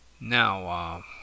now